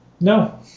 No